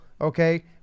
Okay